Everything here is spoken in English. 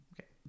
Okay